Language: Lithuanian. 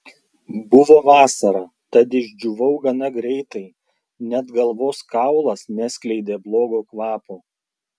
buvo vasara tad išdžiūvau gana greitai net galvos kaulas neskleidė blogo kvapo